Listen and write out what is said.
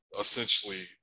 essentially